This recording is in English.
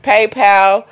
PayPal